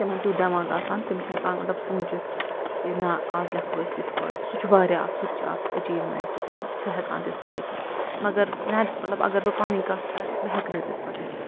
تِمن تیُتھ دٮ۪ماغ آسان تِم چھِ ہٮ۪کان مطلب سوٗنٛچِتھ کہِ نہ آز لٮ۪کھو أسۍ یِتھ پٲٹھۍ سُہ چھُ وارِیاہ اکھ سُہ تہِ چھُ اکھ أچیٖومٮ۪نٹ کہِ تِم چھِ ہٮ۪کان تِتھ پٲٹھۍ لیکھِتھ مگر مطلب اگر بہٕ پنٕنۍ کَتھ کَرٕ بہٕ ہٮ۪کہٕ نہٕ تِتھ پٲٹھۍ لیٚکہِتھ